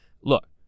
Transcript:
Look